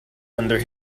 under